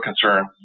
concern